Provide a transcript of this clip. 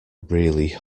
really